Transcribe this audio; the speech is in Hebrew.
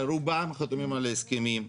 רובם חתומים על ההסכמים.